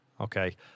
Okay